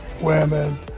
women